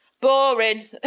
Boring